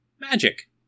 Magic